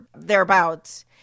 thereabouts